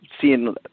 seeing